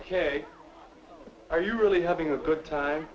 ok are you really having a good time